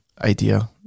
idea